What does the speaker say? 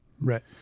Right